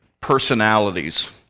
personalities